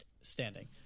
standing